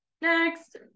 next